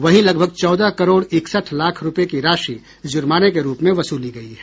वहीं लगभग चौदह करोड़ इकसठ लाख रूपये की राशि जुर्माने के रूप में वसूली गयी है